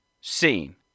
seen